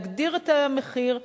להגדיר את המחיר,